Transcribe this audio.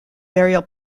burial